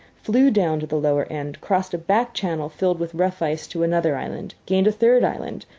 flew down to the lower end, crossed a back channel filled with rough ice to another island, gained a third island,